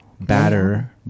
batter